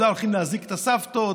הולכים להזעיק את הסבתות,